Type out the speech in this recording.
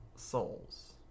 souls